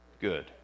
good